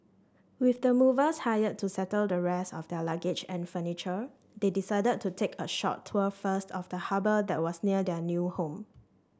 with the movers hired to settle the rest of their luggage and furniture they decided to take a short tour first of the harbour that was near their new home